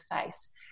face